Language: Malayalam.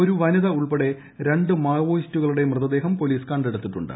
ഒരു വനിതയുൾപ്പെടെ രണ്ട് മാവോയിസ്റ്റുകളുടെ മൃതദേഹം പൊലീസ് കണ്ടെടുത്തിട്ടുണ്ട്